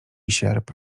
sierp